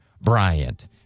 Bryant